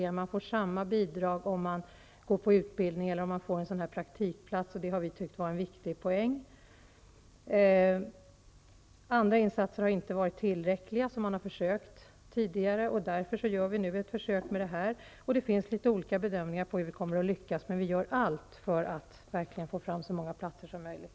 Man får samma bidrag när man går på utbildning som när man har en praktikplats. Det har vi tyckt är en viktig poäng. Andra insatser som man har försökt med tidigare har inte varit tillräckliga. Därför gör vi nu ett försök med detta. Det finns olika bedömningar av hur vi kommer att lyckas. Men vi gör allt för att få fram så många platser som möjligt.